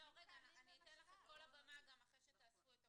אני אתן לך את כל הבמה אחרי שתאספו את הכל.